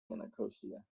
anacostia